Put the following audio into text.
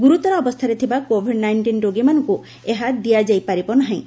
ଗୁରୁତର ଅବସ୍ଥାରେ ଥିବା କୋଭିଡ ନାଇଷ୍ଟିନ୍ ରୋଗୀମାନଙ୍କୁ ଏହା ଦିଆଯାଇପାରିବ ନାହିଁ